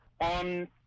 on